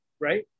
right